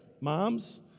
Moms